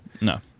No